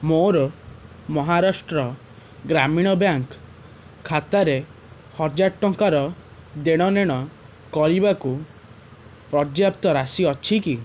ମୋର ମହାରାଷ୍ଟ୍ର ଗ୍ରାମୀଣ ବ୍ୟାଙ୍କ୍ ଖାତାରେ ହଜାର ଟଙ୍କାର ଦେଣନେଣ କରିବାକୁ ପର୍ଯ୍ୟାପ୍ତ ରାଶି ଅଛି କି